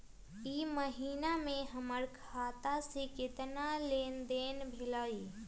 ई महीना में हमर खाता से केतना लेनदेन भेलइ?